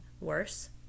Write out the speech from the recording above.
worse